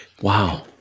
wow